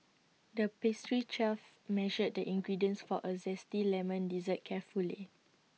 the pastry chef measured the ingredients for A Zesty Lemon Dessert carefully